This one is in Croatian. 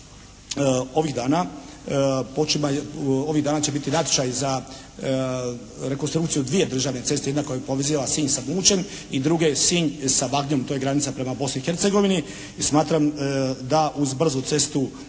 ovih dana će biti natječaj za rekonstrukciju dvije državne ceste, jedne koja poveziva Sinj sa Mućem i druge Sinj sa Vagnjom, to je granica prema Bosni i Hercegovini. I smatram da uz brzu cestu